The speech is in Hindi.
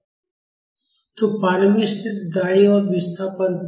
x x0 तो प्रारंभिक स्थिति दाईं ओर विस्थापन थी